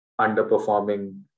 underperforming